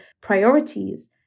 priorities